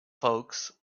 folks